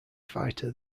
fighter